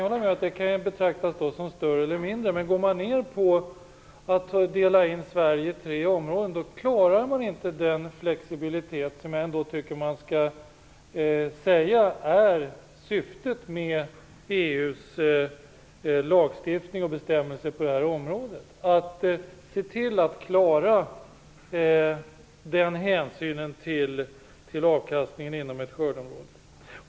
Detta område kan betraktas som större eller mindre, det kan jag hålla med om. Men delar man in Sverige i tre områden klarar man inte den flexibilitet som ändå är syftet med EU:s lagstiftning och bestämmelser på detta område. Man måste se till att klara att ta hänsyn till avkastningen inom ett skördeområde.